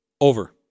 Over